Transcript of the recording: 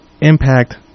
impact